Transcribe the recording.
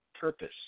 purpose